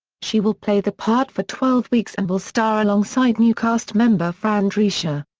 she will play the part for twelve weeks and will star alongside new cast member fran drescher.